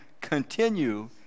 continue